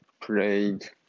played